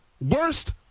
Worst